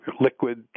liquid